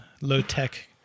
low-tech